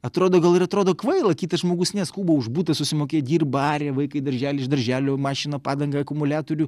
atrodo gal ir atrodo kvaila kitas žmogus ne skuba už butą susimokėt dirba aria vaiką į darželį iš darželio mašiną padangą akumuliatorių